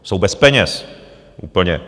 Jsou bez peněz úplně.